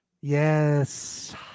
Yes